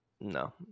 no